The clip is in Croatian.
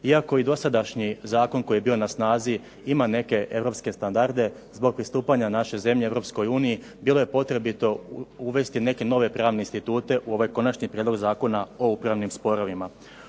Iako i dosadašnji zakon koji je bio na snazi ima neke europske standarde zbog pristupanja naše zemlje EU bilo je potrebito uvesti neke nove pravne institute u ovaj konačni prijedlog Zakona o upravnim sporovima.